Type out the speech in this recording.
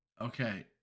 Okay